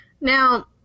Now